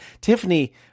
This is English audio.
Tiffany